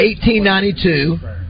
1892